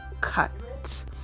Cut